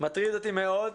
מטריד אותי מאוד,